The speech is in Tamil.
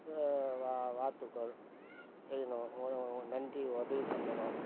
வா வாழ்த்துகள் செய்யணும் நன்றி உதவி பண்ணணும்